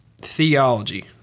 theology